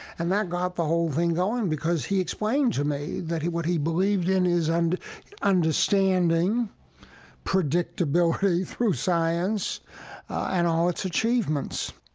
and that got the whole thing going, because he explained to me that what he believed in is and understanding predictability through science and all its achievements.